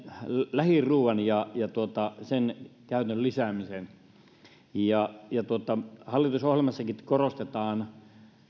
lähiruuan ja ja sen käytön lisäämisen hallitusohjelmassakin korostetaan